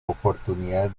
oportunidad